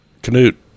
Canute